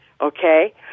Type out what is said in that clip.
okay